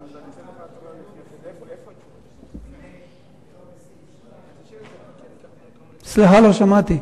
הדיון בממשלה היה בסעיף, סליחה, לא שמעתי.